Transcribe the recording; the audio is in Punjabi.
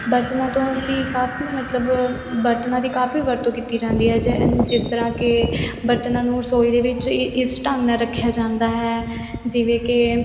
ਬਰਤਨਾਂ ਤੋਂ ਅਸੀਂ ਕਾਫ਼ੀ ਮਤਲਬ ਬਰਤਨਾਂ ਦੀ ਕਾਫ਼ੀ ਵਰਤੋਂ ਕੀਤੀ ਜਾਂਦੀ ਹੈ ਜੇ ਹਨ ਜਿਸ ਤਰ੍ਹਾਂ ਕਿ ਬਰਤਨਾਂ ਨੂੰ ਰਸੋਈ ਦੇ ਵਿੱਚ ਇ ਇਸ ਢੰਗ ਨਾਲ ਰੱਖਿਆ ਜਾਂਦਾ ਹੈ ਜਿਵੇਂ ਕਿ